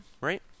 right